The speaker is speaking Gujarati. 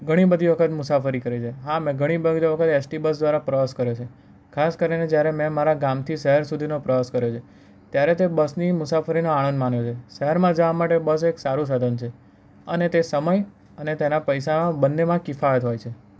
ઘણીબધી વખત મુસાફરી કરી છે હા અમે ઘણીબધી લોકોએ એસટી બસ દ્વારા પ્રવાસ કર્યો છે ખાસ કરીને મેં જ્યારે મારા ગામથી મારા શહેર સુધીનો પ્રવાસ કર્યો છે ત્યારે તો બસની મુસાફરીનો આણંદ માણ્યો છે શહેરમાં જવા માટે બસ એક સારું સાધન છે અને તે સમય અને તેના પૈસા બંનેમાં કિફાયત હોય છે